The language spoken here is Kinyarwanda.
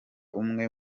umwe